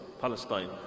Palestine